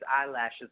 eyelashes